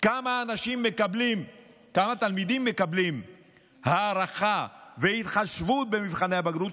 כמה תלמידים מקבלים הארכה והתחשבות במבחני הבגרות,